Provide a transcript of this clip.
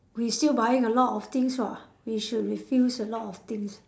we still buying a lot of things [what] we should refuse a lot of things